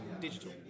digital